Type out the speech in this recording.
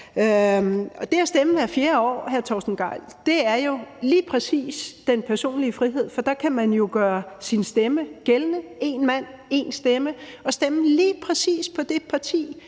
det at stemme hvert fjerde år er lige præcis udtryk for den personlige frihed, for der kan man jo gøre sin stemme gældende – én mand, én stemme – og hemmeligt, frit og uhindret